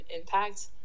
impact